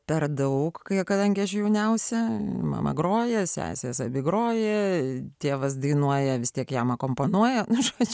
per daug kai kadangi aš jauniausia mama groja sesės abi groja tėvas dainuoja vis tiek jam akompanuoja nu žodžiu